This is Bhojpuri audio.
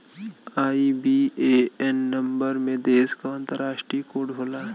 आई.बी.ए.एन नंबर में देश क अंतरराष्ट्रीय कोड होला